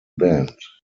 band